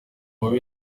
bubi